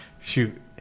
Shoot